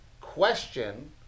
question